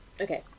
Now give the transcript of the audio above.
okay